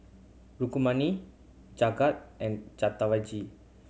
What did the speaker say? Rukmini Jagat and